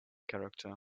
character